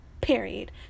period